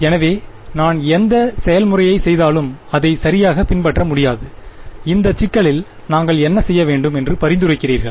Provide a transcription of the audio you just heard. எனவே நான் எந்த செயல்முறையைச் செய்தாலும் அதை சரியாகப் பின்பற்ற முடியாது இந்த சிக்கலில் நாங்கள் என்ன செய்ய வேண்டும் என்று பரிந்துரைக்கிறீர்கள்